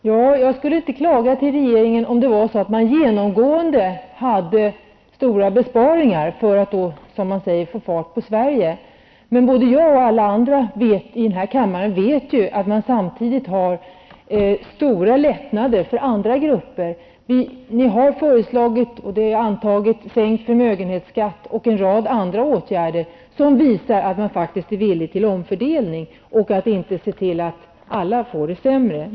Herr talman! Jag skulle inte klaga till regeringen om man genomgående gjorde stora besparingar för att, som man säger, få fart på Sverige. Jag och alla andra i denna kammare vet emellertid att man samtidigt medger stora lättnader för andra grupper. Ni har föreslagit, och det är antaget, sänkt förmögenhetsskatt och en rad andra åtgärder som visar att man faktiskt är villig till omfördelning och att se till att inte alla får det sämre.